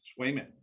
Swayman